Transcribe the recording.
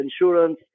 insurance